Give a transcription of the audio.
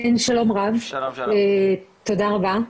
שלום רב, תודה רבה,